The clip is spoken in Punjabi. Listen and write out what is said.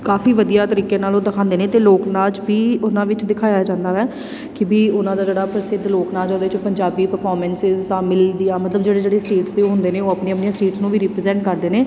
ਕਾਫੀ ਵਧੀਆ ਤਰੀਕੇ ਨਾਲ ਉਹ ਦਿਖਾਉਂਦੇ ਨੇ ਅਤੇ ਲੋਕ ਨਾਚ ਵੀ ਉਹਨਾਂ ਵਿੱਚ ਦਿਖਾਇਆ ਜਾਂਦਾ ਹੈ ਕਿ ਵੀ ਉਹਨਾਂ ਦਾ ਜਿਹੜਾ ਪ੍ਰਸਿੱਧ ਲੋਕ ਨਾਚ ਉਹਦੇ 'ਚ ਪੰਜਾਬੀ ਪਰਫੋਰਮੈਂਸਜ ਤਾਂ ਮਿਲਦੀ ਮਤਲਬ ਜਿਹੜੇ ਜਿਹੜੇ ਸਟੇਟ ਦੇ ਉਹ ਹੁੰਦੇ ਨੇ ਉਹ ਆਪਣੀਆਂ ਆਪਣੀਆਂ ਸਟੇਟਜ ਨੂੰ ਵੀ ਰਿਪ੍ਰਜੈਂਟ ਕਰਦੇ ਨੇ